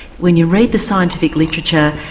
when you read the scientific literature,